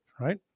right